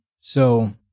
So-